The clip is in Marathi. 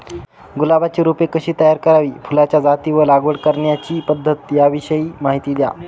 गुलाबाची रोपे कशी तयार करावी? फुलाच्या जाती व लागवड करण्याची पद्धत याविषयी माहिती द्या